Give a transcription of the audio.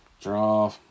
Draw